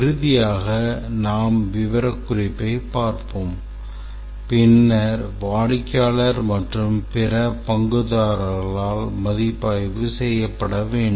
இறுதியாக நாம் விவரக்குறிப்பைப் பார்ப்போம் பின்னர் வாடிக்கையாளர் மற்றும் பிற பங்குதாரர்களால் மதிப்பாய்வு செய்யப்பட வேண்டும்